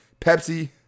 Pepsi